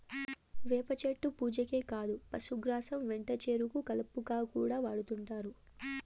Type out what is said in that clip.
వేప చెట్టు పూజకే కాదు పశుగ్రాసం వంటచెరుకు కలపగా కూడా వాడుతుంటారు